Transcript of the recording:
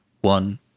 One